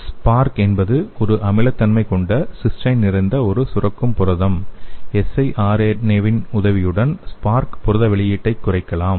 SPARC என்பது ஒரு அமிலத்தன்மை கொண்ட சிஸ்டைன் நிறைந்த ஒரு சுரக்கும் புரதம் siRNA வின் உதவியுடன் SPARC புரத வெளிப்பாட்டைக் குறைக்கலாம்